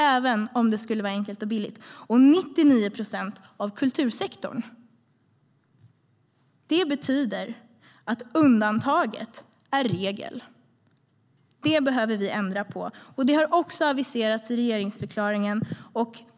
Samma sak gäller 99 procent av kultursektorn. Det betyder att undantaget är regel. Det behöver vi ändra på, och det har aviserats i regeringsförklaringen.